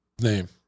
name